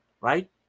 Right